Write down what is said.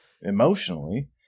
emotionally